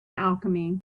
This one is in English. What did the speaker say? alchemy